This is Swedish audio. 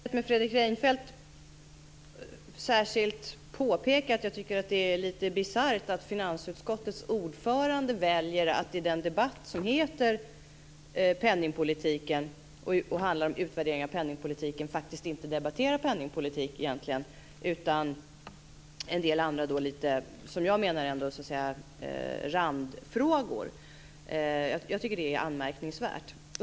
Fru talman! Jag vill i likhet med Fredrik Reinfeldt särskilt påpeka att jag tycker att det är lite bisarrt att finansutskottets ordförande väljer att i den debatt som heter Penningpolitiken, och som handlar om utvärderingen av penningpolitiken, faktiskt inte egentligen debattera penningpolitik. I stället debatterar han en del, som jag ändå menar, randfrågor. Jag tycker att det är anmärkningsvärt.